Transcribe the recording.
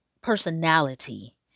personality